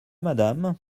madame